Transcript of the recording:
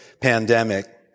pandemic